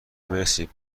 مرسی